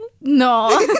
No